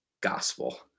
gospel